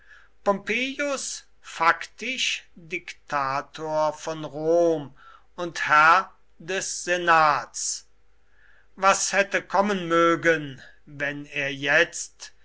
pompeius faktisch diktator von rom und herr des senats was hätte kommen mögen wenn er jetzt